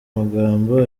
magambo